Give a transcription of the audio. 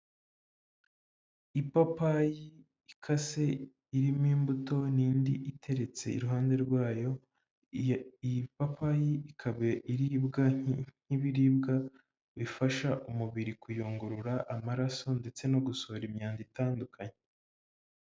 Ipapayi ikase irimo imbuto n'indi iteretse iruhande rwayo, iyi papayi ikaba iribwa nk'ibiribwa bifasha umubiri kuyungurura amaraso ndetse no gusohora imyanda itandukanye.